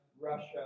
Russia